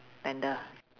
tender